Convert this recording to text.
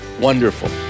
wonderful